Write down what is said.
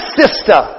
sister